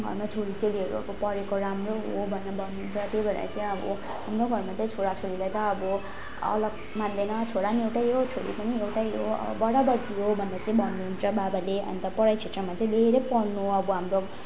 घरमा छोरी चेलीहरू अबो पढेको राम्रो हो भनेर भन्नुहुन्छ त्यही भएर चाहिँ अब हाम्रो घरमा चाहिँ घरमा चाहिँ छोरा छोरीलाई चाहिँ अब अलग मान्दैन छोरा पनि एउटै हो छोरी पनि एउटै हो बराबरको हो भनेर भन्नुहुन्छ बाबाले अन्त पढाइ क्षेत्रमा चाहिँ धेरै पढ्नु अब हाम्रो